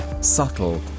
subtle